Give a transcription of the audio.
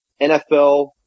NFL